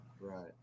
right